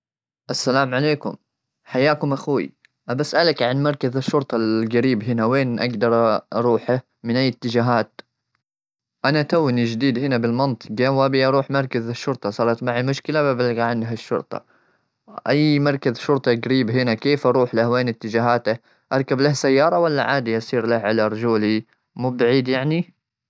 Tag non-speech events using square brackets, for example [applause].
السلام عليكم، حياكم أخوي. أبي أسألك عن مركز الشرطة القريب هنا، وين أقدر [hesitation] أروحه؟ من أي اتجاهات؟ أنا توني جديد هنا بالمنطقة وأبي أروح مركز الشرطة، صارت معي مشكلة وأبي أبلغ عنها الشرطة. أي مركز شرطه جريب هنا؟ كيف أروح له؟ وين اتجاهاته؟ أركب له سيارة ولا عادي أصير له على رجولي؟ مو بعيد يعني؟